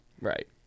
Right